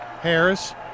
Harris